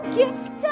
gift